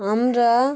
আমরা